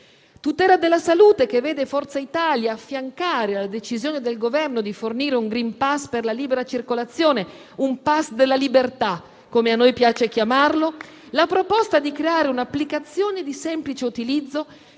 tutela della salute vede Forza Italia affiancare la decisione del Governo di fornire un *green pass* per la libera circolazione, un *pass* della libertà, come a noi piace chiamarlo. La proposta è di creare un'applicazione di semplice utilizzo